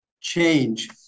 change